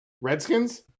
Redskins